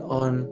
on